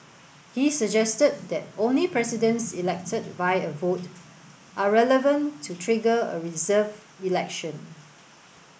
he suggested that only Presidents elected by a vote are relevant to trigger a reserved election